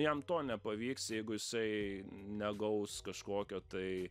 jam to nepavyks jeigu jisai negaus kažkokio tai